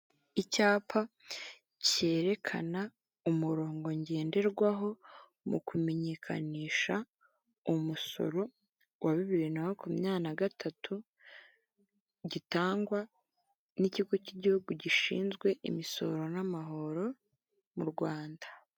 Icyapa cyerekana umurongo ngenderwaho mu kumenyekanisha umusoro wa bibiri na makumyabiri na gatatu(2023) gitangwa n'ikigo cy'igihugu gishinzwe imisoro n'amahoro mu Rwanda.